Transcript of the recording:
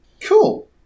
cool